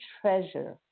treasure